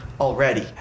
already